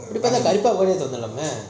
இப்போ தான்:ipo thaan